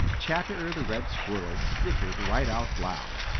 chatterer the red squirrel snickered right out loud.